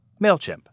MailChimp